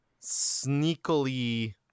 sneakily